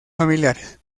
familiares